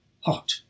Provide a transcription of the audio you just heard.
hot